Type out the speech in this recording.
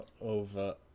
over